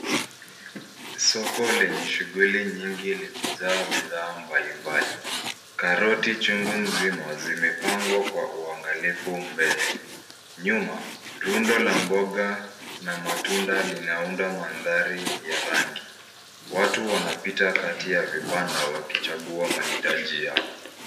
Soko lenye shughuli nyingi limejaa bidhaa mbalimbali , karoti chungu nzima zimepangwa kwa uangalifu mbele, nyuma rundo la mboga na matunda linaunda mandhari ya rangi watu wanapita kati ya vibanda wakichagua mahitaji yao.